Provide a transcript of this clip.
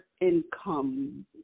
income